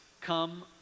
come